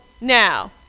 Now